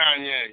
Kanye